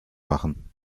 machen